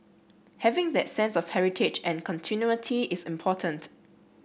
having that sense of heritage and continuity is important